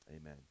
amen